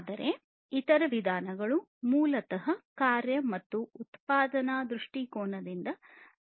ಆದರೆ ಇತರ ವಿಧಾನಗಳು ಮೂಲತಃ ಕಾರ್ಯ ಮತ್ತು ಉತ್ಪಾದನಾ ದೃಷ್ಟಿಕೋನದಿಂದ ಕಾಣುತ್ತವೆ